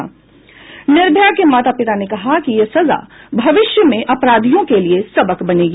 निर्भया के माता पिता ने कहा कि यह सजा भविष्य में अपराधियों के लिए सबक बनेगी